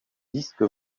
disque